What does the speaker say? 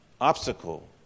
obstacle